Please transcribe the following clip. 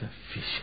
sufficient